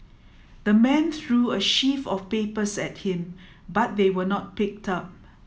the man threw a sheaf of papers at him but they were not picked up